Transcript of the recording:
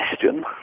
question